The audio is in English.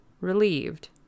relieved